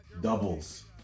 Doubles